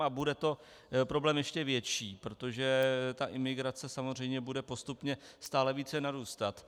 A bude to problém ještě větší, protože ta imigrace samozřejmě bude postupně stále více narůstat.